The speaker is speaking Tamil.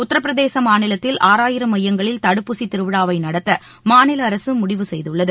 உத்தரப்பிரதேச மாநிலத்தில் ஆறாயிரம் மையங்களில் தடுப்பூசி திருவிழாவை நடத்த மாநில அரசு முடிவு செய்துள்ளது